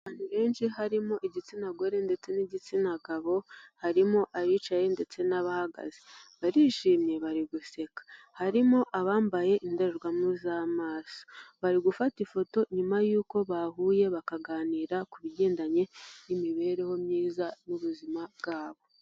Abantu benshi harimo igitsina gore ndetse n'igitsina gabo, harimo abicaye ndetse n'abahagaze, barishimye bari guseka harimo abambaye indorerwamo z'amaso, bari gufata ifoto nyuma yuko bahuye bakaganira ku bigendanye n'imibereho myiza y'ubuzima bwabo.